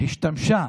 השתמשה